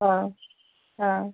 हा हा